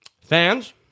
fans